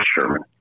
Sherman